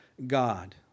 God